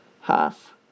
half